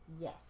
Yes